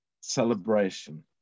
celebration